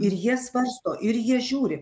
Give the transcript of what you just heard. ir jie svarsto ir jie žiūri